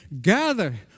gather